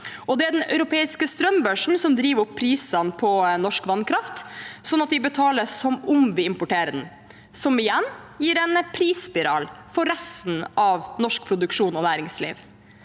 Det er den europeiske strømbørsen som driver opp prisene på norsk vannkraft, sånn at vi betaler som om vi importerer den, noe som igjen gir en prisspiral for resten av norsk produksjon og næringsliv.